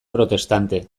protestante